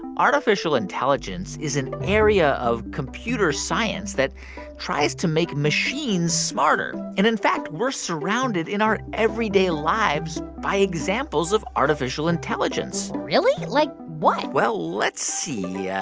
artificial intelligence is an area of computer science that tries to make machines smarter. and, in fact, we're surrounded in our everyday everyday lives by examples of artificial intelligence really? like what? well, let's see. yeah